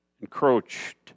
encroached